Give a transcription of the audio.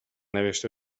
نوشته